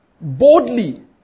Boldly